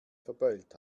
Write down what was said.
verbeult